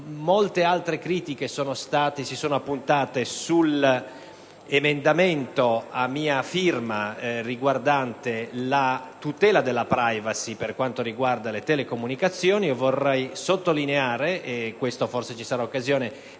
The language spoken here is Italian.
Molte altre critiche si sono appuntate sull'emendamento a mia firma riguardante la tutela della *privacy* delle telecomunicazioni. Vorrei sottolineare, e forse ci sarà occasione